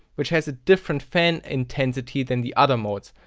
which has a different fan intensity than the other modes.